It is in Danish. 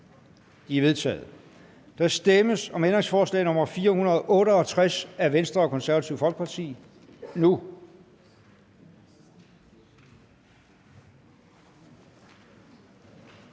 De er vedtaget. Der stemmes om ændringsforslag nr. 468 af Venstre og Det Konservative Folkeparti nu.